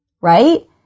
right